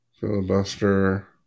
Filibuster